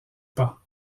pas